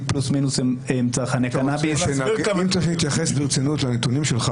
ניתן גם לייצג אותם בדיון הבא,